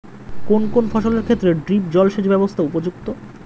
কোন কোন ফসলের ক্ষেত্রে ড্রিপ জলসেচ ব্যবস্থা উপযুক্ত?